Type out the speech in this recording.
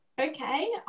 Okay